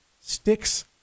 Sticks